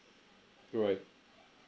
right